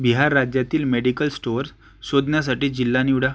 बिहार राज्यातील medical store शोधण्यासाठी जिल्हा निवडा